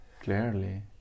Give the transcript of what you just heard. clearly